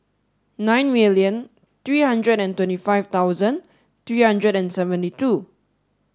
nine million three hundred and twenty five thousand three hundred and seventy two